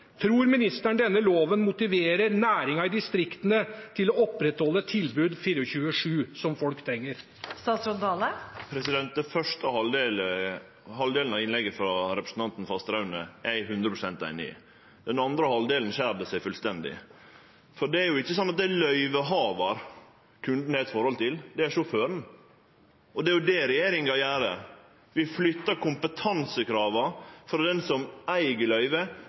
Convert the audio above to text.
ministeren denne loven motiverer næringen i distriktene til å opprettholde et tilbud 24/7, som folk trenger? Den første halvdelen av innlegget til representanten Fasteraune er eg hundre prosent einig i. I den andre halvdelen skjer det seg fullstendig. Det er jo ikkje sånn at det er løyvehavar kunden har eit forhold til, det er sjåføren. Det regjeringa gjer, er at vi flyttar kompetansekrava frå den som eig